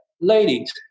ladies